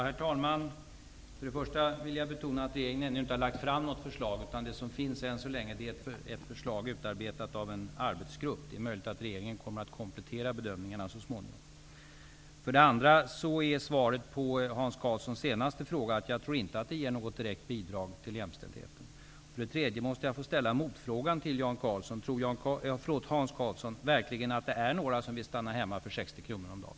Herr talman! För det första vill jag betona att regeringen ännu inte har lagt fram något förslag. Vad som än så länge finns är ett förslag utarbetat av en arbetsgrupp. Det är möjligt att regeringen kommer att komplettera gjorda bedömningar så småningom. För det andra är svaret på Hans Karlssons sista fråga att jag inte tror att vårdnadsbidraget ger något direkt bidrag till jämställdheten. För det tredje måste jag få ställa en motfråga: Tror Hans Karlsson verkligen att det finns någon som vill stanna hemma för 60 kr om dagen?